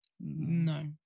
No